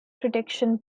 protection